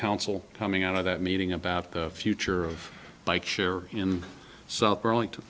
council coming out of that meeting about the future of bike share in south burlington